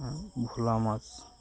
ভোলা মাছ